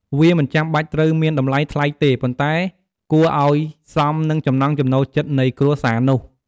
វាមិនចាំបាច់ត្រូវមានតម្លៃថ្លៃទេ ប៉ុន្តែគួរអោយសមនឹងចំណង់ចំណូលចិត្តនៃគ្រួសារនោះ។